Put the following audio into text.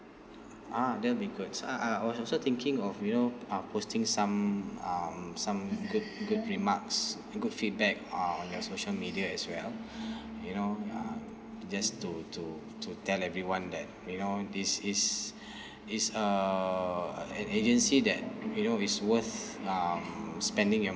ah that will be good so I I was also thinking of you know uh posting some um some good good remarks good feedback on your social media as well you know uh just to to to tell everyone that you know this this it's uh an agency that you know is worth um spending your